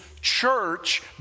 church